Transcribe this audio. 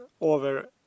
over